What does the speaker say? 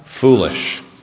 foolish